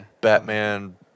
Batman